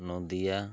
ᱱᱚᱫᱤᱭᱟ